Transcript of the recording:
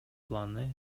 планы